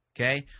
okay